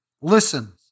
Listen